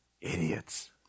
Idiots